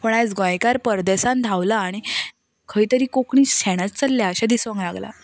पूण आयज गोंयकार परदेसांत धांवला आनी खंय तरी कोंकणी शेणत चलल्या अशें दिसूंक लागलां